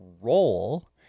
role